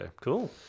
Cool